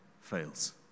fails